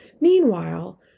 Meanwhile